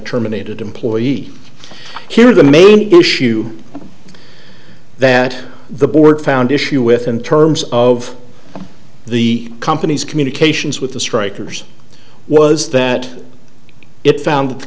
terminated employee here the main issue that the board found issue with in terms of the company's communications with the strikers was that it found